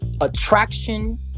attraction